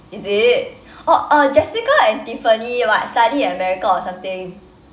is it oh uh jessica and tiffany what study at America or something